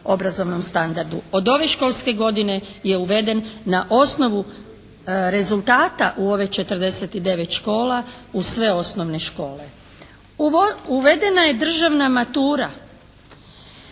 Uvedena je državna matura.